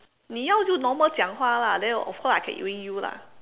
你要句 normal 讲话 lah then of course I can win you lah